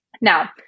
now